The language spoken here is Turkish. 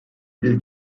bir